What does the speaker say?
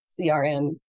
CRM